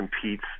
competes